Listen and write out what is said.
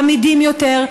עמידים יותר,